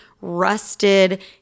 rusted